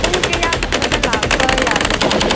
ꯄꯨꯡ ꯀꯌꯥꯒꯨꯝꯕꯗ ꯂꯥꯛꯄ ꯌꯥꯒꯦꯔꯥ